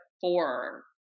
four